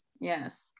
yes